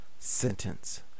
Sentence